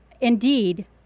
indeed